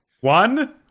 one